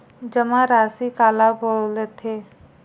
जमा राशि काला बोलथे?